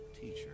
teacher